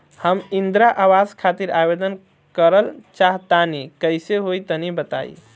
हम इंद्रा आवास खातिर आवेदन करल चाह तनि कइसे होई तनि बताई?